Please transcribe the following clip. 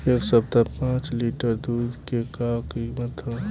एह सप्ताह पाँच लीटर दुध के का किमत ह?